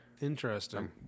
interesting